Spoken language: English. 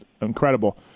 incredible